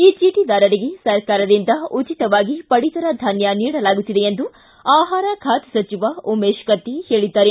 ಈ ಚೀಟಿದಾರರಿಗೆ ಸರ್ಕಾರದಿಂದ ಉಚಿತವಾಗಿ ಪಡಿತರ ಧಾನ್ಯ ನೀಡಲಾಗುತ್ತಿದೆ ಎಂದು ಆಹಾರ ಖಾತೆ ಸಚಿವ ಉಮೇಶ್ ಕತ್ತಿ ಹೇಳಿದ್ದಾರೆ